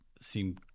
seem